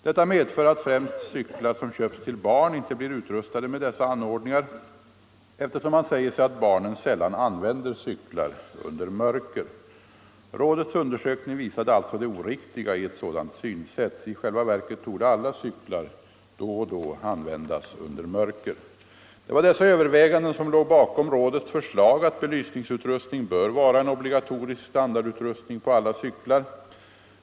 Detta medför att främst cyklar som köps till barn inte blir utrustade med dessa anordningar, eftersom man säger sig att barnen sällan använder cyklar under mörker. Rådets undersökning visade alltså det oriktiga i ett sådant synsätt. I själva verket torde alla cyklar då och då användas under mörker. Det var dessa överväganden som låg bakom rådets förslag att belysningsutrustning bör vara en obligatorisk standardutrustning på alla cyklar.